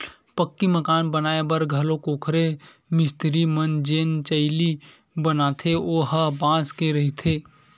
पक्की मकान बनाए बर घलोक ओखर मिस्तिरी मन जेन चइली बनाथे ओ ह बांस के रहिथे